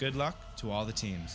good luck to all the team